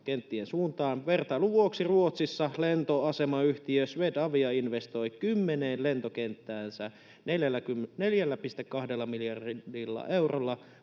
Vertailun vuoksi Ruotsissa lentoasemayhtiö Swedavia investoi kymmeneen lentokenttäänsä 4,2 miljardilla eurolla